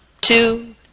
two